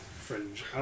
Fringe